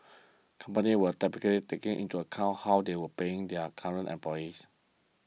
companies will typically take into account how they are paying their current employees